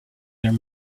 there